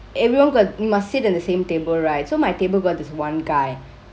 everyone got must sit in the same table right so my table got this one guy